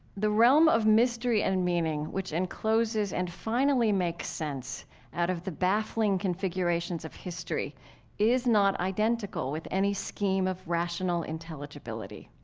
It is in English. the realm of mystery and meaning which encloses and finally makes sense out of the baffling configurations of history is not identical with any scheme of rational intelligibility.